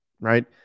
right